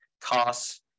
costs